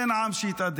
אין עם שיתאדה.